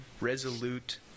resolute